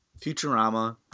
Futurama